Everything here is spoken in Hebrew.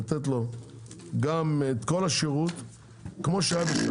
לתת לו גם את כל השירות כמו שהיה,